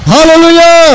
Hallelujah